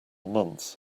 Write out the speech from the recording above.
months